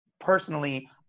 Personally